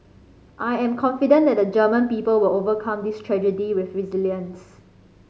I am confident that the German people will overcome this tragedy with resilience